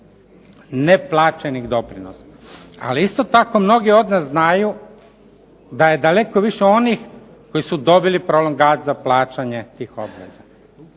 neplaćenih doprinosa. Ali isto tako mnogi od nas znaju da je daleko više onih koji su dobili prolongat za plaćanje tih obveza.